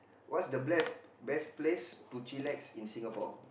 what is the best best to chillax place to in Singapore